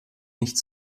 nicht